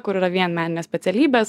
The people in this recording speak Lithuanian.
kur yra vien meninės specialybės